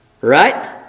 right